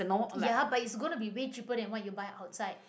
ya but it's gonna be way cheaper than what you buy outside